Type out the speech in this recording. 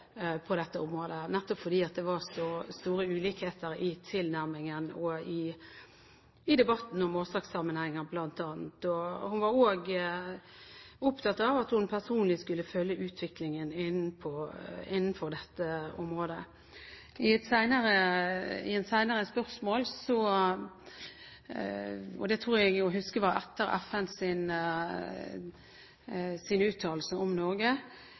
på dette området, nettopp fordi det var så store ulikheter i tilnærmingen og i debatten om bl.a. årsakssammenhenger. Hun var også opptatt av at hun personlig skulle følge utviklingen innenfor dette området. Jeg mener å huske at etter FNs uttalelse om Norge